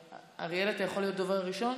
אריאל, אתה יכול להיות הדובר הראשון?